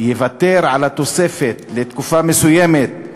יוותר על התוספת לתקופה מסוימת,